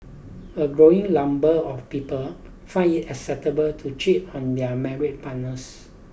a growing number of people find it acceptable to cheat on their married partners